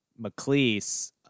McLeese